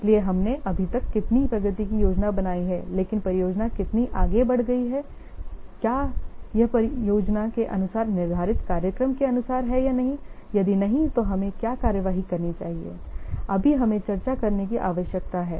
इसलिए हमने अभी तक कितनी प्रगति की योजना बनाई है लेकिन परियोजना कितनी आगे बढ़ गई है क्या यह योजना के अनुसार निर्धारित कार्यक्रम के अनुसार है या नहीं यदि नहीं तो हमें क्या कार्यवाही करनी है इसीलिए अभी हमें चर्चा करने की आवश्यकता है